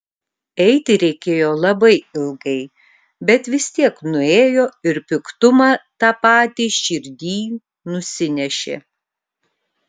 eiti reikėjo labai ilgai bet vis tiek nuėjo ir piktumą tą patį širdyj nusinešė